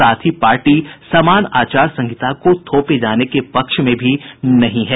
साथ ही पार्टी समान आचार संहिता को थोपे जाने के पक्ष में भी नहीं है